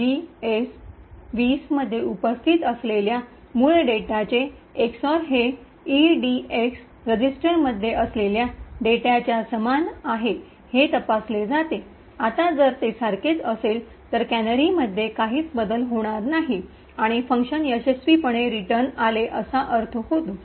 तर gs२० मध्ये उपस्थित असलेल्या मूळ डेटाचे एक्स ऑर हे ईडीएक्स रजिस्टरमध्ये असलेल्या डेटाच्या समान आहे हे तपासले जातेः आता जर ते सारखेच असेल तर कॅनरी मध्ये काहीच बदल होणार नाही आणि फंक्शन यशस्वीपणे रिटर्न आले असा अर्थ होतो